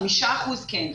חמישה אחוזים כן.